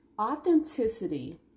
authenticity